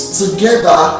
together